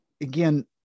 again